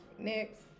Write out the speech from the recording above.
next